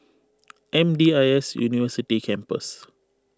M D I S University Campus